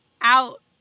out